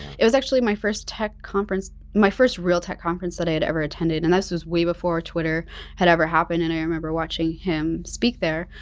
it was actually my first tech conference, my first real tech conference that i had ever attended and this was way before twitter had ever happened and i remember watching him speak there.